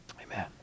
Amen